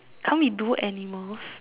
can't we do animals